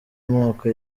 moko